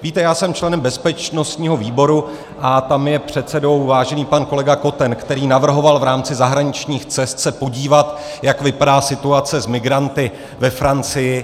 Víte, já jsem členem bezpečnostního výboru a tam je předsedou vážený pan kolega Koten, který navrhoval v rámci zahraničních cest se podívat, jak vypadá situace s migranty ve Francii.